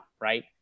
right